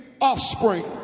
offspring